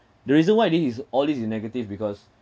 the reason why I did is all this is negative because